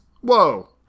Whoa